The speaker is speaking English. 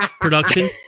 production